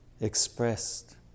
expressed